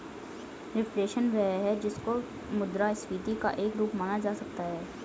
reflation वह है जिसको मुद्रास्फीति का एक रूप माना जा सकता है